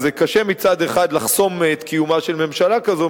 אז קשה מצד אחד לחסום את קיומה של ממשלה כזאת,